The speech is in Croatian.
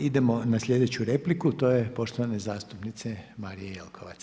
Idemo na sljedeću repliku to je poštovane zastupnice Marije Jelkovac.